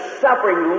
suffering